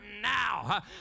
now